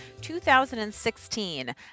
2016